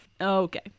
Okay